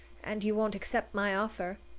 and you won't accept my offer?